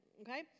okay